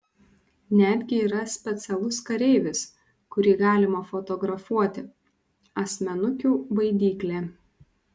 netgi yra specialus kareivis kurį galima fotografuoti asmenukių baidyklė